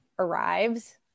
arrives